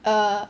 err